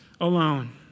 alone